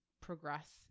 progress